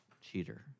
cheater